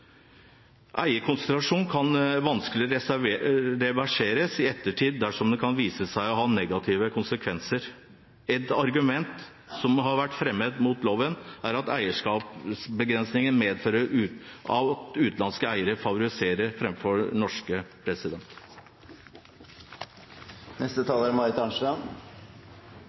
kan vanskelig reverseres i ettertid dersom den viser seg å ha negative konsekvenser. Et argument som har vært fremmet mot loven, er at eierskapskapsbegrensningene medfører at utenlandske eiere favoriseres framfor norske.